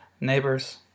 neighbors